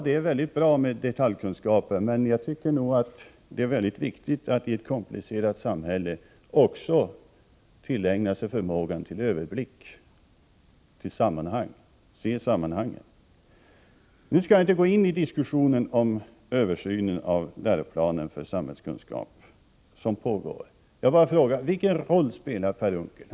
Det är mycket bra med detaljkunskaper, men jag tycker nog också att det är mycket viktigt att i ett komplicerat samhälle tillägna sig förmåga till överblick och till att se sammanhangen. Jag skall inte nu gå in i diskussionen om den översyn som nu pågår av läroplanen för samhällskunskap. Jag frågar bara: Vilken roll spelar Per Unckel?